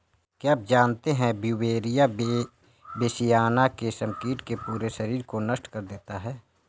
क्या आप जानते है ब्यूवेरिया बेसियाना, रेशम कीट के पूरे शरीर को नष्ट कर देता है